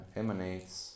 emanates